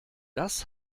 das